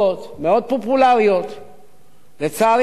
לצערי הרב, בעיני זה דבר לא ראוי.